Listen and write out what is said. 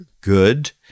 good